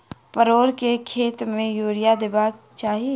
परोर केँ खेत मे यूरिया देबाक चही?